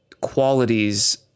qualities